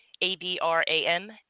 A-B-R-A-M